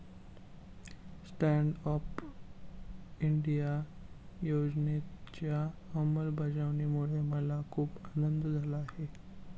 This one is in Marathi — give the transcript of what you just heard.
स्टँड अप इंडिया योजनेच्या अंमलबजावणीमुळे मला खूप आनंद झाला आहे